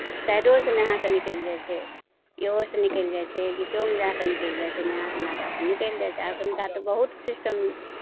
साइडोसँ नहा कऽ निकलि जाइ छै इहोसँ निकलि जाइ छै बीचोमे जा कऽ निकलि जाइ छै नहा सोना कऽ अपन निकलि जाइ छै अखुनका तऽ बहुत सिस्टम